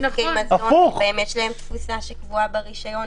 עסקי מזון ויש להם תפוסה שקבועה ברישיון,